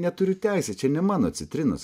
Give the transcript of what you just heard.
neturiu teisę čia ne mano citrinos